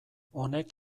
honek